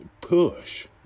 Push